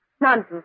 Nonsense